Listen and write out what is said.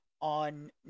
on